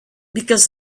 because